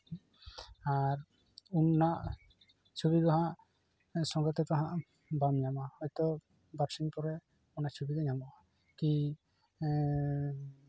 ᱟᱨ ᱩᱱ ᱨᱮᱱᱟᱜ ᱪᱷᱚᱵᱤ ᱫᱚ ᱦᱟᱸᱜ ᱥᱚᱸᱜᱮ ᱛᱮᱫᱚ ᱦᱟᱸᱜ ᱵᱟᱢ ᱧᱟᱢᱟ ᱦᱚᱭᱛᱳ ᱵᱟᱨ ᱥᱤᱧ ᱯᱚᱨᱮ ᱚᱱᱟ ᱪᱷᱚᱵᱤ ᱫᱚ ᱧᱟᱢᱚᱜᱼᱟ ᱠᱤ